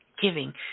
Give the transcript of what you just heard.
giving